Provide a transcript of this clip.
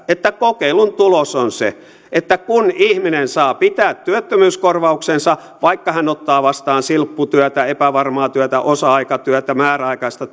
että kokeilun tulos on se että kun ihminen saa pitää työttömyyskorvauksensa vaikka hän ottaa vastaan silpputyötä epävarmaa työtä osa aikatyötä määräaikaista